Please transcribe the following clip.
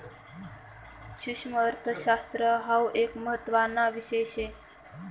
सुक्ष्मअर्थशास्त्र हाउ एक महत्त्वाना विषय शे